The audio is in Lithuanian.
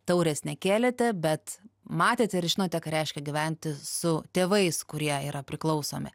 taurės nekėlėte bet matėte ir žinote ką reiškia gyventi su tėvais kurie yra priklausomi